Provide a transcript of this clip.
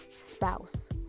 spouse